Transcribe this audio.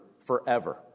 forever